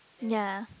ya